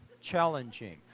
Challenging